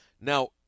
now